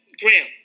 Graham